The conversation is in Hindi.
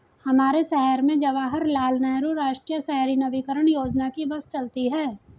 हमारे शहर में जवाहर लाल नेहरू राष्ट्रीय शहरी नवीकरण योजना की बस चलती है